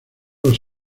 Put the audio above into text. los